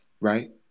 right